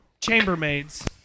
chambermaids